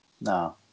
No